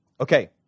okay